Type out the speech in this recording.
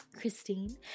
Christine